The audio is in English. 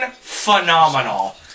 phenomenal